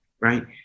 right